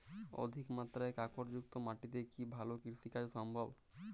অধিকমাত্রায় কাঁকরযুক্ত মাটিতে কি ভালো কৃষিকাজ সম্ভব?